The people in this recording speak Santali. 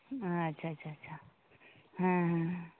ᱟᱪᱪᱷᱟ ᱟᱪᱪᱷᱟ ᱪᱟᱪᱷᱟ